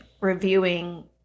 reviewing